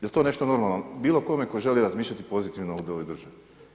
Jel to nešto normalno, bilo kome tko želi razmišljati pozitivno u ovoj državi.